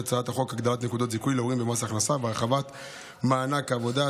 הצעת החוק הגדלת נקודות זיכוי להורים במס הכנסה והרחבת מענק עבודה,